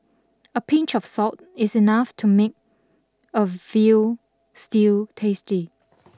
a pinch of salt is enough to make a veal stew tasty